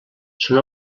són